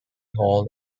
hall